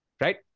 right